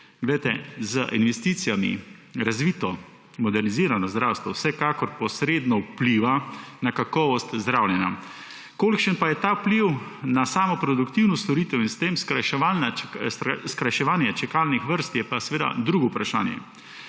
Z investicijami razvito, modernizirano zdravstvo vsekakor posredno vpliva na kakovost zdravljenja. Kolikšen pa je ta vpliv na samo produktivnost storitev in s tem skrajševanje čakalnih vrst, je pa seveda drugo vprašanje.